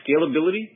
scalability